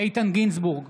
איתן גינזבורג,